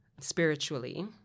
spiritually